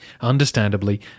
Understandably